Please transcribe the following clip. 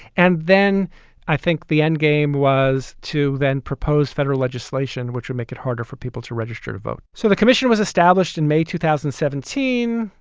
and then i think the end game was to then propose federal legislation, which would make it harder for people to register to vote. so the commission was established in may two thousand and seventeen.